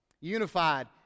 Unified